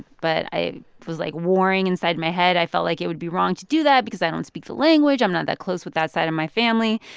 but i was, like, warring inside my head. i felt like it would be wrong to do that because i don't speak the language. i'm not that close with that side of my family.